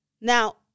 Now